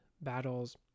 battles